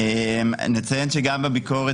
בסדר גמור.